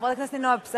חברת הכנסת נינו אבסדזה,